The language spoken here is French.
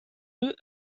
deux